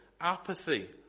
apathy